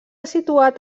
situat